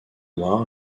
noir